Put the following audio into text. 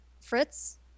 Fritz